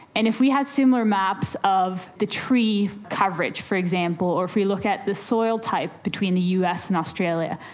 and if we had similar maps of the tree coverage, for example, or if we look at the soil types between the us and australia,